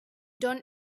don